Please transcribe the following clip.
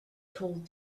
told